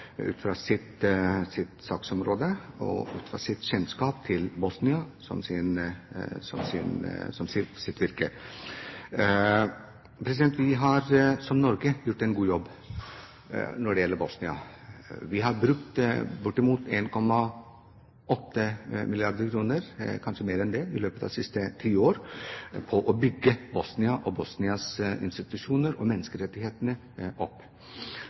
ut fra sitt saksområde og sin kjennskap til Bosnia som sitt virke. Vi i Norge har gjort en god jobb når det gjelder Bosnia. Vi har brukt bortimot 1,8 mrd. kr – kanskje mer enn det – i løpet av de siste ti år på å bygge opp Bosnia og Bosnias institusjoner og menneskerettighetene.